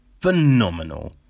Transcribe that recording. Phenomenal